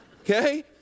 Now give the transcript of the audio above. Okay